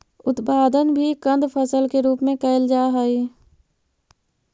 उत्पादन भी कंद फसल के रूप में कैल जा हइ